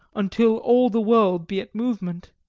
until all the world be at movement.